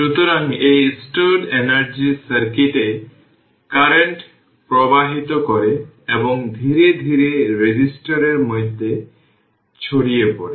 সুতরাং এই stored energy সার্কিটে কারেন্ট প্রবাহিত করে এবং ধীরে ধীরে রেজিস্টর এর মধ্যে ছড়িয়ে পড়ে